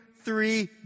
three